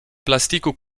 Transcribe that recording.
plastiku